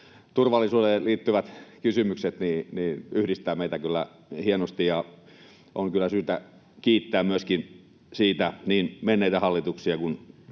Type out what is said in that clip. turvallisuuteen liittyvät kysymykset yhdistävät meitä kyllä hienosti. On kyllä syytä kiittää myöskin niin menneitä hallituksia kuin